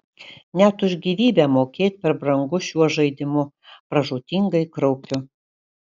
net už gyvybę mokėt per brangu šiuo žaidimu pražūtingai kraupiu